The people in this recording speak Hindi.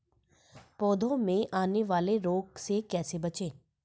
पौधों में आने वाले रोग से कैसे बचें?